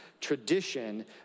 tradition